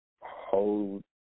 Hold